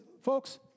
folks